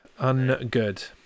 Ungood